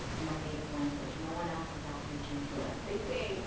in my native language. no one else is outreaching to us. they say,